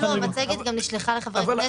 הצגנו מצגת שהיא גם נשלחה לחברי הכנסת.